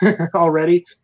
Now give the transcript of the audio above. already